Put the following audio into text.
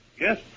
Yes